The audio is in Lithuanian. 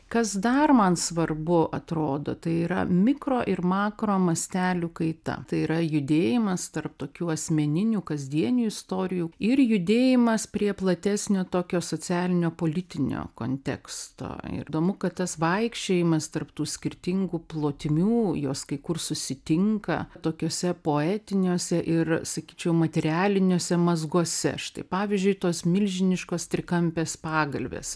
kas dar man svarbu atrodo tai yra mikro ir makaro mastelių kaita tai yra judėjimas tarp tokių asmeninių kasdienių istorijų ir judėjimas prie platesnio tokio socialinio politinio konteksto ir įdomu kad tas vaikščiojimas tarp tų skirtingų plotmių jos kai kur susitinka tokiuose poetiniuose ir sakyčiau materialiniuose mazguose štai pavyzdžiui tos milžiniškos trikampės pagalvės